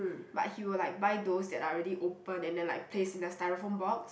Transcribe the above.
but he will like buy those that are already opened and then like placed in the styrofoam box